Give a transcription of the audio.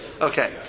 Okay